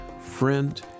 friend